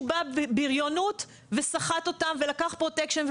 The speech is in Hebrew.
בא בבריונות וסחט אותם ולקח פרוטקשן,